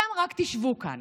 אתם רק תשבו כאן,